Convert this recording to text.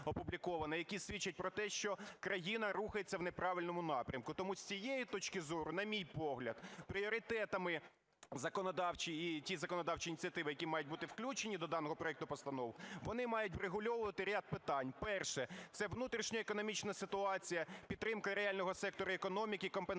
які свідчать про те, що країна рухається в неправильному напрямку. Тому з цієї точки зору, на мій погляд, пріоритетами і ті законодавчі ініціативи, які мають бути включені до даного проекту постанови, вони мають врегульовувати ряд питань. Перше – це внутрішня економічна ситуація, підтримка реального сектору економіки, компенсація